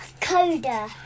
Coda